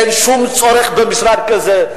אין שום צורך במשרד כזה,